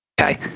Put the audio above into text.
Okay